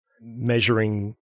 measuring